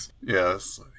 Yes